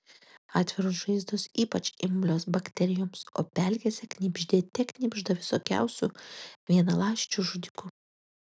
atviros žaizdos ypač imlios bakterijoms o pelkėse knibždėte knibžda visokiausių vienaląsčių žudikų